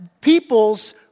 people's